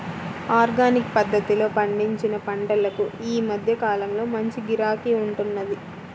organic పద్ధతిలో పండించిన పంటలకు ఈ మధ్య కాలంలో మంచి గిరాకీ ఉంటున్నది